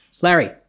Larry